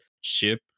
ship